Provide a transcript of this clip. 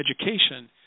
education